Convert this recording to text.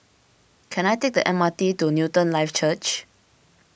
can I take the M R T to Newton Life Church